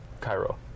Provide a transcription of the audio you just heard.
Cairo